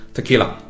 Tequila